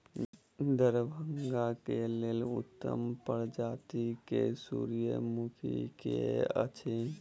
दरभंगा केँ लेल उत्तम प्रजाति केँ सूर्यमुखी केँ अछि?